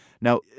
Now